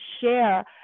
share